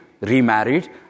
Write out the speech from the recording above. remarried